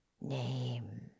name